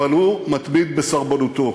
אבל הוא מתמיד בסרבנותו.